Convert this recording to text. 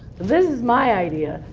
this is my idea.